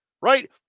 right